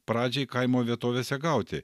pradžiai kaimo vietovėse gauti